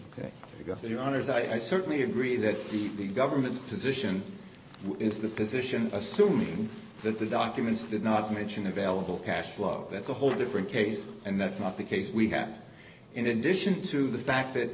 that i certainly agree that the government's position is the position assuming that the documents did not mention available cash flow that's a whole different case and that's not the case we have in addition to the fact that